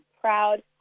proud